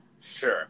sure